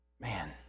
Man